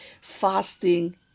fasting